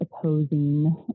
opposing